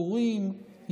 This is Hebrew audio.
הורים,